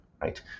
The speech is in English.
right